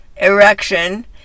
erection